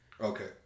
Okay